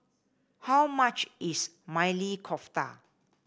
how much is Maili Kofta